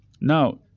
Now